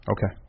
Okay